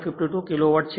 52 kilowatt છે